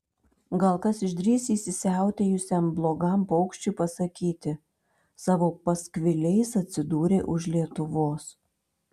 gal kas išdrįs įsisiautėjusiam blogam paukščiui pasakyti savo paskviliais atsidūrei už lietuvos